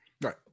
Right